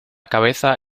cabeza